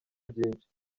byinshi